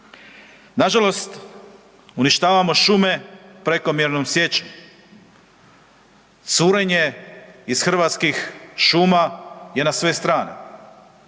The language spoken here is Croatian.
Nažalost uništavamo šume prekomjernom sječom. Curenje iz Hrvatskih šuma je na sve strane.